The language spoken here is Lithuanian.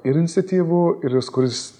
ir iniciatyvų ir jis kuris